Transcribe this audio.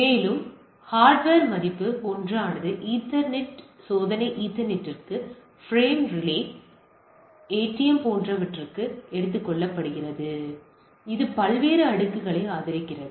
மேலும் ஹார்ட்வேர் மதிப்பு ஒன்றானது ஈத்தர்நெட் சோதனை ஈதர்நெட்டிற்கு பிரேம் ரிலே ஏடிஎம் போன்றவற்றுக்கு எடுத்துக்கொள்ளப்படுகிறது இது பல்வேறு அடுக்குகளை ஆதரிக்கிறது